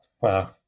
Wow